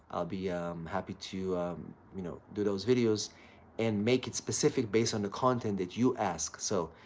i'll be um happy to you know do those videos and make it specific, based on the content that you ask. so,